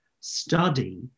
study